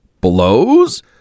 Blows